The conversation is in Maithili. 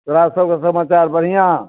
तोरासबके समाचार बढ़िआँ